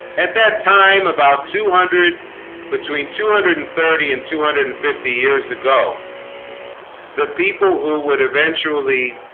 at that time about two hundred between two hundred and thirty and two hundred and fifty years ago the people who would eventually